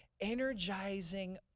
energizing